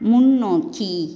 முன்னோக்கி